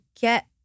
get